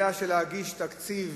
יודע שלהגיש תקציב